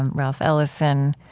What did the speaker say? and ralph ellison